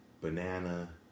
banana